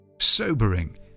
Sobering